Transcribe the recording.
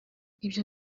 ibyo